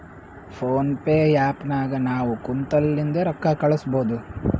phone pay app ನಾಗ್ ನಾವ್ ಕುಂತಲ್ಲಿಂದೆ ರೊಕ್ಕಾ ಕಳುಸ್ಬೋದು